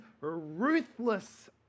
Ruthless